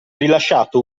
rilasciato